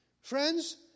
Friends